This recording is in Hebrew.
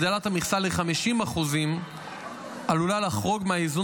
הגדלת המכסה ל-50% עלולה לחרוג מהאיזון